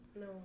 No